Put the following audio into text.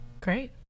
Great